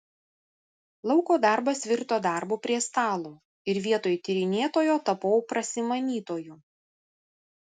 lauko darbas virto darbu prie stalo ir vietoj tyrinėtojo tapau prasimanytoju